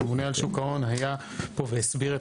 הממונה על שוק ההון היה פה והסביר את